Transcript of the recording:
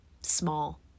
small